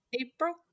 April